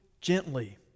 gently